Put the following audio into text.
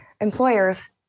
employers